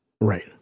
Right